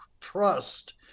trust